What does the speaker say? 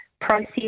process